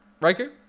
riker